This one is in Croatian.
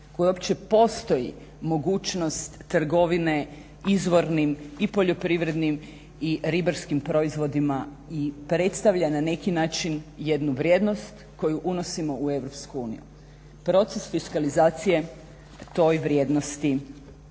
kojoj uopće postoji mogućnost trgovine izvornim i poljoprivrednim i ribarskim proizvodima i predstavlja na neki način vrijednost koju unosimo u EU. Proces fiskalizacije toj vrijednosti